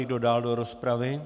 Kdo dál do rozpravy?